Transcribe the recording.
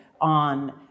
on